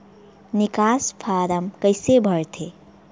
निकास फारम कइसे भरथे?